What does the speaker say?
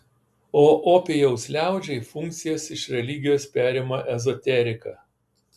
o opijaus liaudžiai funkcijas iš religijos perima ezoterika